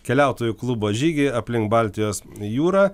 keliautojų klubo žygį aplink baltijos jūrą